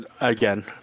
again